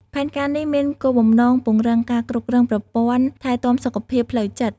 ផែនការនេះមានគោលបំណងពង្រឹងការគ្រប់គ្រងប្រព័ន្ធថែទាំសុខភាពផ្លូវចិត្ត។